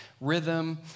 rhythm